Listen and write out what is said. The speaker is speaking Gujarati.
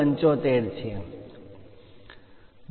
75 છે